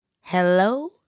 Hello